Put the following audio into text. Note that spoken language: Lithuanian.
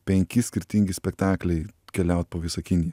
penki skirtingi spektakliai keliaut po visą kiniją